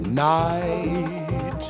night